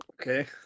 Okay